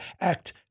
act